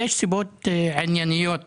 יש סיבות ענייניות